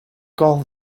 call